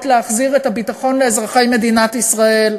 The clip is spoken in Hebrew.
להחזיר את הביטחון לאזרחי מדינת ישראל,